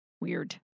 weird